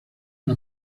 una